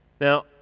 Now